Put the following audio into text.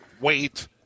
Wait